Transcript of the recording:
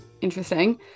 interesting